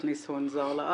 להכניס הון זר לארץ.